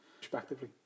respectively